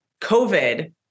COVID